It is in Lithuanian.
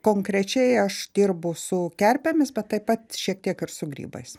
konkrečiai aš dirbu su kerpėmis bet taip pat šiek tiek ir su grybais